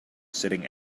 sitting